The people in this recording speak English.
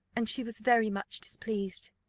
and she was very much displeased.